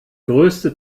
größte